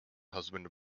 husband